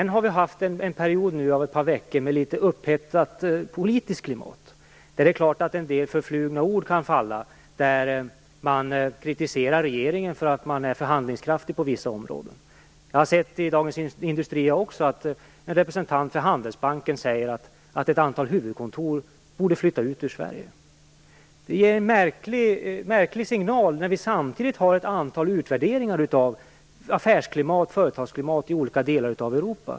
Nu har vi under ett par veckor haft ett litet upphettat politiskt klimat, och det är klart att en del förflugna ord kan uttalas, där regeringen får kritik för att den är för handlingskraftig på vissa områden. Också jag har sett i Dagens Industri att en representant för Handelsbanken säger att ett antal huvudkontor borde flytta ut ur Sverige. Det ger en märklig signal med tanke på ett antal utvärderingar av affärsklimatet och företagsklimatet i olika delar av Europa.